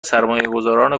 سرمایهگذاران